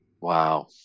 Wow